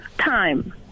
time